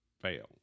fail